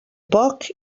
poc